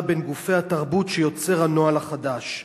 בין גופי התרבות שהנוהל החדש יוצר?